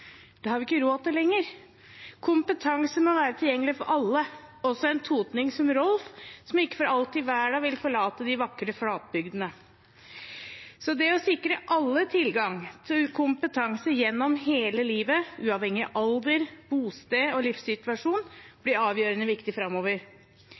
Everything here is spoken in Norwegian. Det har vi ikke råd til lenger. Kompetanse må være tilgjengelig for alle, også for en totning som Rolf, som ikke for alt i verden ville forlate de vakre flatbygdene. Det å sikre alle tilgang til kompetanse gjennom hele livet, uavhengig av alder, bosted og livssituasjon,